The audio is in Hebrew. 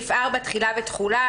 "תחילה ותחולה